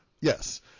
Yes